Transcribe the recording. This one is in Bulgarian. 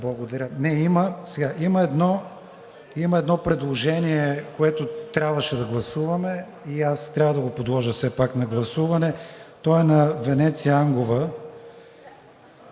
като няма такива точки. Има едно предложение, което трябваше да гласуваме, и аз трябва да го подложа все пак на гласуване. То е на Венеция Ангова